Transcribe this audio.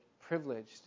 privileged